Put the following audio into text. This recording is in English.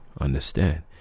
understand